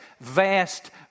vast